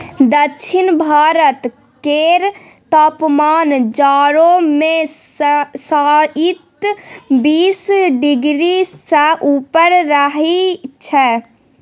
दक्षिण भारत केर तापमान जाढ़ो मे शाइत बीस डिग्री सँ ऊपर रहइ छै